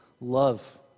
love